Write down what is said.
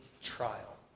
trial